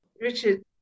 Richard